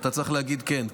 אתה צריך להגיד כן,